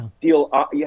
deal